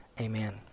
Amen